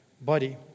body